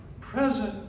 present